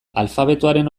alfabetoaren